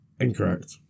Incorrect